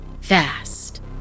Fast